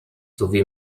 sowie